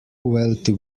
wealthy